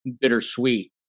bittersweet